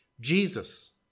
Jesus